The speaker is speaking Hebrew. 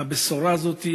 הבשורה הזאת,